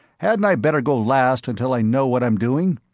hadn't i better go last until i know what i'm doing?